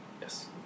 Yes